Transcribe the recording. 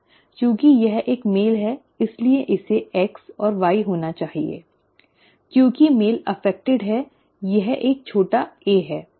चूंकि यह एक मेल है इसलिए इसे X और Y होना चाहिए क्योंकि मेल प्रभावित है यह एक छोटा a है